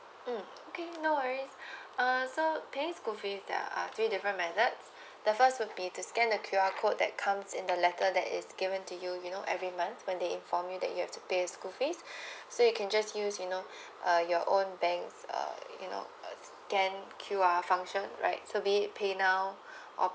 mm okay no worries uh so paying school fees there are three different method the first would be to scan the Q_R code that's comes in the letter that is given to you you know every month when they informed you that have to pay the school fees so you can just use you know your own bank uh you know scan Q_R function right so paid now or